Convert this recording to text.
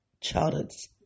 childhood's